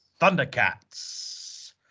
Thundercats